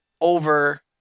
over